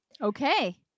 Okay